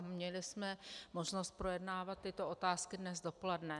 Měli jsme možnost projednávat tyto otázky dnes dopoledne.